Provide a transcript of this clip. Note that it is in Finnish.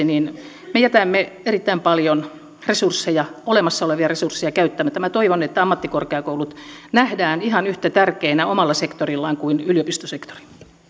niin me jätämme erittäin paljon olemassa olevia resursseja käyttämättä toivon että ammattikorkeakoulut nähdään ihan yhtä tärkeinä omalla sektorillaan kuin yliopistosektori